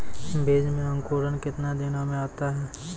बीज मे अंकुरण कितने दिनों मे आता हैं?